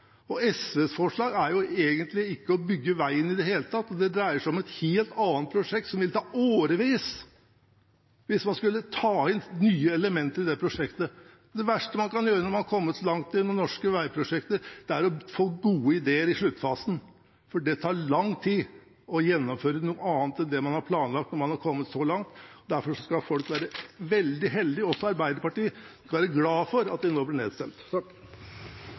sentralt. SVs forslag er jo egentlig å ikke bygge veien i det hele tatt, og det dreier seg om et helt annet prosjekt – som vil ta årevis hvis man skulle tatt inn nye elementer i det prosjektet. Det verste man kan gjøre når man har kommet så langt i norske veiprosjekter, er å få gode ideer i sluttfasen, for det tar lang tid å gjennomføre noe annet enn det man har planlagt, når man har kommet så langt. Derfor skal folk – også i Arbeiderpartiet – være glad for at de nå blir